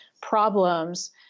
problems